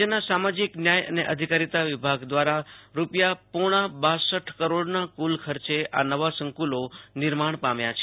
રાજ્યના સામાજિક ન્યાય અને અધિકારીતા વિભાગ દ્વારા પોણા બાસઠ કરોડ રૂપિયાના કુલ ખર્ચે આ નવા સંકુલો નિર્માણ પામ્યા છે